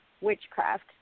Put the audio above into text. witchcraft